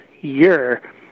year